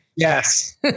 yes